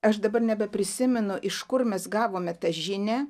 aš dabar nebeprisimenu iš kur mes gavome žinią